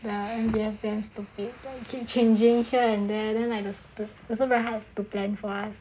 well N_U_S tends to keep changing here and there then like those also very hard to plan for us